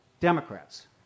Democrats